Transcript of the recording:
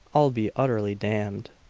i'll be utterly damned!